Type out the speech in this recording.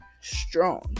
strong